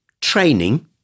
training